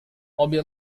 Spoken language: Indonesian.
mobil